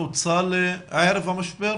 נוצל ערב המשבר?